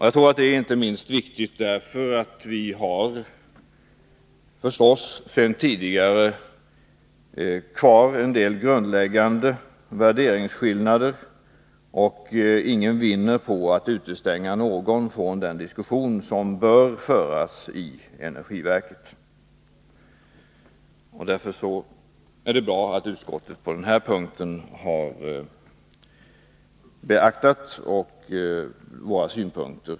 Jag tror att det är viktigt inte minst därför att vi förstås sedan tidigare har kvar grundläggande värderingsskillnader, och ingen vinner på att utestänga någon annan från den diskussion som bör föras i energiverket. Därför är det bra att utskottet på den här punkten har beaktat våra synpunkter.